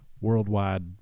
worldwide